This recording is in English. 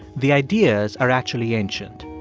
the ideas are actually ancient.